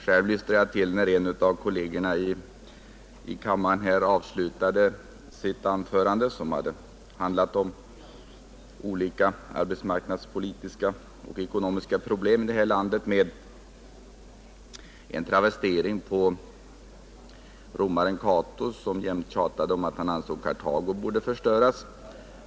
Själv lystrade jag till när en av kollegerna här i kammaren avslutade sitt anförande — som hade handlat om olika arbetsmarknadspolitiska och ekonomiska problem i vårt land — med en travestering av det bekanta uttalandet av romaren Cato, som jämt tjatade om att Kartago borde förstöras.